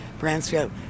Bransfield